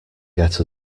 get